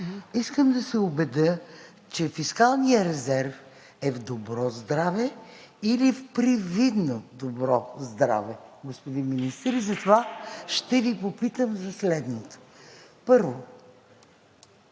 Искам да се убедя, че фискалният резерв е в добро здраве или в привидно добро здраве, господин Министър, затова ще Ви попитам следното: първо,